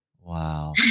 Wow